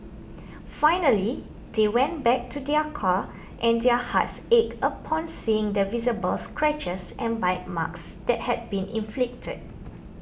finally they went back to their car and their hearts ached upon seeing the visible scratches and bite marks that had been inflicted